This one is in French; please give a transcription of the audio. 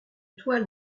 toile